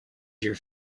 your